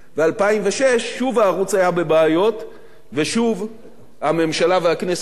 הערוץ היה בבעיות והממשלה והכנסת נחלצו למענו.